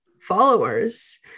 followers